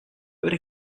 would